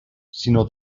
sinó